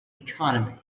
economy